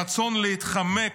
הרצון להתחמק,